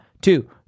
two